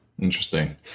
Interesting